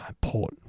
Port